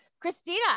Christina